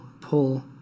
pull